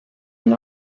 and